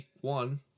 one